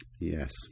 Yes